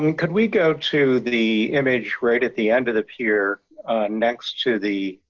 and could we go to the image right at the end of the pier next to the,